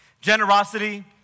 generosity